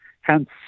hence